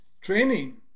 training